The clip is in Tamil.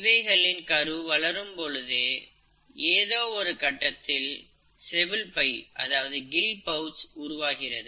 இவைகளின் கரு வளரும் பொழுது ஏதோ ஒரு கட்டத்தில் செவுள் பை உருவாகிறது